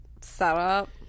setup